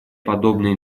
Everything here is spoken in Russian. подобные